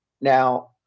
now